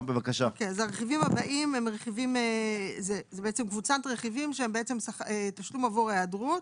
הרכיבים הבאים הם קבוצת רכיבים שהם תשלום עבור היעדרות.